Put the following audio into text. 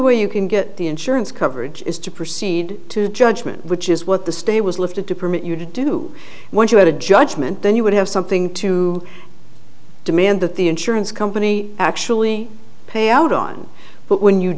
way you can get the insurance coverage is to proceed to judgment which is what the state was lifted to permit you to do when you had a judgment then you would have something to demand that the insurance company actually pay out on but when you